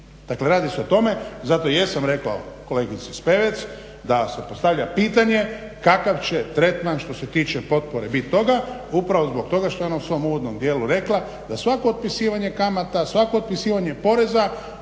Dakle radi se o tome, zato i jesam rekao kolegici Spevec, da se postavlja pitanje kakav će tretman što se tiče potpore bit toga upravo zbog toga što je ona u svom uvodnom dijelu rekla da svako otpisivanje kamata, svako otpisivanje poreza